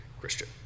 Christian